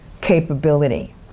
capability